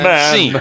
Man